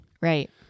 Right